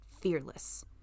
fearless